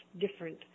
different